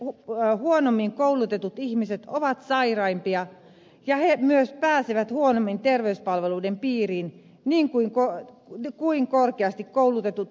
pienituloiset huonommin koulutetut ihmiset ovat sairaimpia ja he myös pääsevät huonoimmin terveyspalveluiden piiriin kuin korkeasti koulutetut hyvätuloiset ihmiset